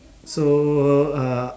so uh